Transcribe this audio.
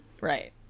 Right